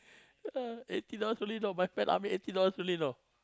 eighty dollars only know my friend army eighty dollars only you know